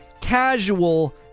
casual